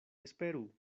esperu